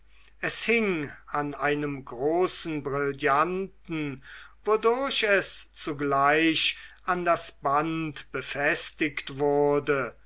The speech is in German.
es hing an einem großen brillanten wodurch es zugleich an das band befestigt wurde